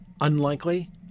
unlikely